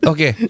Okay